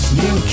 new